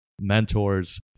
mentors